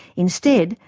instead,